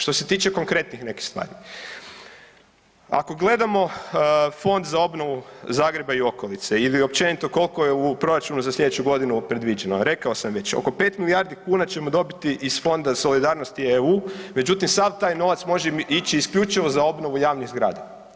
Što se tiče konkretnih nekih stvari, ako gledamo Fond za obnovu Zagreba i okolice ili općenito koliko je u proračunu za sljedeću godinu predviđeno, rekao sam već oko pet milijardi kuna ćemo dobiti iz Fonda solidarnosti EU, međutim sav taj novac može ići isključivo za obnovu javnih zgrada.